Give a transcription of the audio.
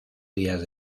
días